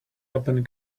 open